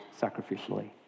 sacrificially